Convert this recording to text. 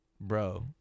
bro